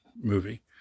movie